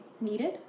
needed